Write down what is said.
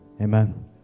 Amen